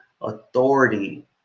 authority